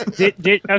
Okay